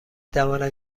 توانم